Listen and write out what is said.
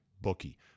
bookie